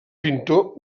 pintor